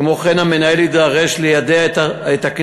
כמו כן, המנהל יידרש ליידע את הכנסת